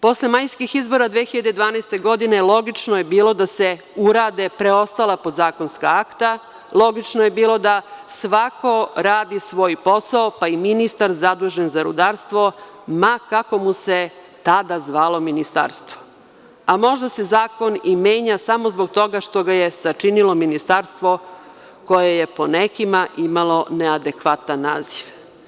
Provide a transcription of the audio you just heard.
Posle majskih izbora 2012. godine, logično je bilo da se urade preostala podzakonska akta, logično je bilo da svako radi svoj posao, pa i ministar zadužen za rudarstvo ma kako mu se tada zvalo ministarstvo, a možda se zakon i menja samo zbog toga što ga je sačinilo ministarstvo koje je po nekima imalo neadekvatan naziv.